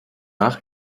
nach